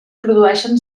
produeixen